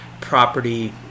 property